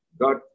God